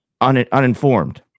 uninformed